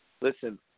listen